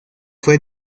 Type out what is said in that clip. fue